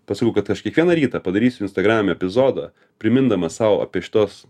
pasakau kad aš kiekvieną rytą padarysiu instagrame epizodą primindamas sau apie šitos